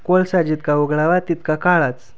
कोळसा जितका उगाळावा तितका काळाच